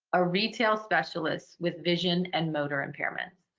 a retail specialist with vision and motor impairment.